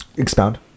expound